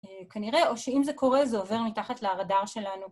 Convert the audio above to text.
א...כנראה, או שאם זה קורה זה עובר מתחת לרדאר שלנו.